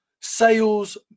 sales